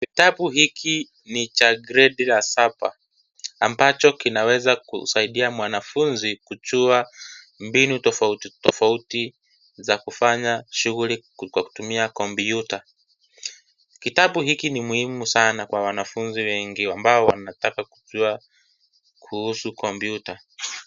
Kitabu hiki ni cha gredi ya saba ambacho kinaweza kusaidia mwanafunzi kujua mbinu tofauti tofauti za kufanya shughuli Kwa kutumia kompyuta . Kitabu hiki ni muhimu sana Kwa wanafunzi wengi ambao wanataka kujua. kihusu kompyuta.